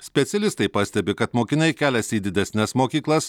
specialistai pastebi kad mokiniai keliasi į didesnes mokyklas